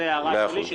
זו הערה שלי.